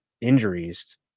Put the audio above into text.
injuries